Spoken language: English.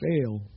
fail